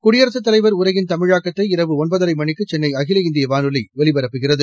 குடிரயரசுத் தலைவா் உரையின் தமிழாக்கத்தை இரவு ஒன்பதரை மணிக்கு சென்னை அகில இந்திய வானொலி ஒலிபரப்புகிறது